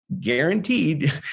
guaranteed